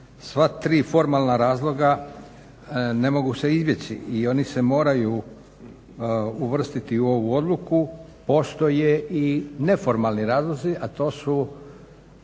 Sva tri formalna razloga ne mogu se izbjeći i oni se moraju uvrstiti u ovu odluku. Postoje i neformalni razlozi, a to su